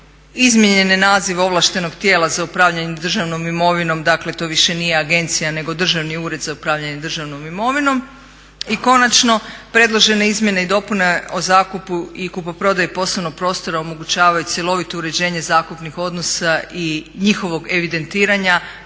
Izmijenjene nazive ovlaštenog tijela za upravljanje državnom imovinom, dakle to više nije agencija nego Državni ured za upravljanje državnom imovinom. I konačno, predložene izmjene i dopune o zakupu i kupoprodaji poslovnog prostora omogućavaju cjelovito uređenje zakupnih odnosa i njihovog evidentiranja,